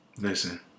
Listen